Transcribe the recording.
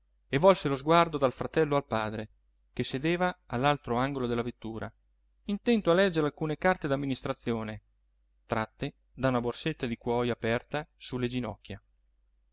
e volse lo sguardo dal fratello al padre che sedeva all'altro angolo della vettura intento a leggere alcune carte d'amministrazione tratte da una borsetta di cuojo aperta su le ginocchia